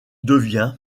devient